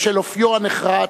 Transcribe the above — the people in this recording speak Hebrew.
בשל אופיו הנחרץ,